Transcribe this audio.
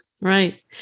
Right